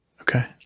okay